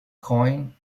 coin